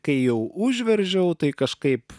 kai jau užveržiau tai kažkaip